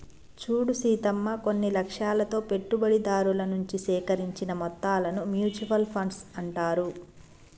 చూడు సీతమ్మ కొన్ని లక్ష్యాలతో పెట్టుబడిదారుల నుంచి సేకరించిన మొత్తాలను మ్యూచువల్ ఫండ్స్ అంటారు